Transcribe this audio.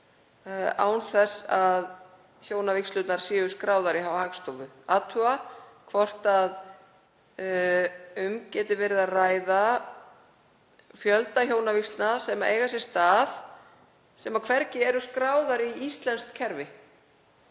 án þess að hjónavígslur séu skráðar hjá Hagstofu og athuga hvort um geti verið að ræða fjölda hjónavígsla sem eiga sér stað sem hvergi eru skráðar í íslenskt kerfi,